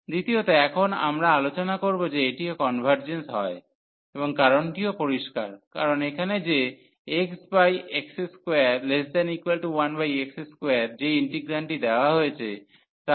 দ্বিতীয়ত এখন আমরা আলোচনা করব যে এটিও কনভার্জেন্স হয় এবং কারণটিও পরিষ্কার কারণ এখানে যে x x21x2 যে ইন্টিগ্রান্ডটি দেওয়া হয়েছে তা